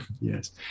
yes